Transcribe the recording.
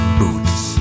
boots